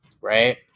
right